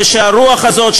והרוח הזאת,